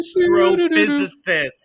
Astrophysicist